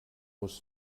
muss